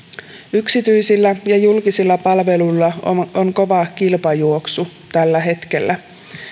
yksityisillä ja julkisilla palveluilla on kova kilpajuoksu tällä hetkellä